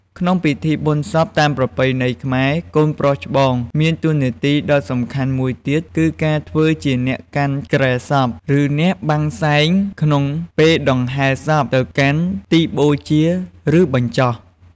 ក្នុងពិធីបុណ្យសពតាមប្រពៃណីខ្មែរ កូនប្រុសច្បងមានតួនាទីដ៏សំខាន់មួយទៀត គឺការធ្វើជាអ្នកកាន់គ្រែសព ឬអ្នកបាំងសែងក្នុងពេលដង្ហែសពទៅកាន់ទីបូជា ឬបញ្ចុះ។